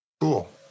Cool